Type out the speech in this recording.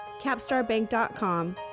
capstarbank.com